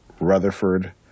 Rutherford